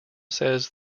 says